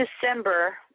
December